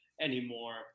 anymore